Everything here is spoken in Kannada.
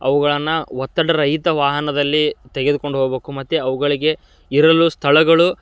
ಅವುಗಳನ್ನ ಒತ್ತಡ ರಹಿತ ವಾಹನದಲ್ಲಿ ತೆಗೆದುಕೊಂಡು ಹೋಗ್ಬಕು ಮತ್ತು ಅವುಗಳಿಗೆ ಇರಲು ಸ್ಥಳಗಳು